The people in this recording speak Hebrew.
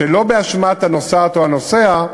שלא באשמת הנוסעת או הנוסע,